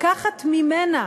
לקחת ממנה